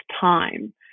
time